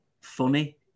funny